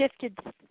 shifted